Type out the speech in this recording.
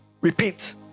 repeat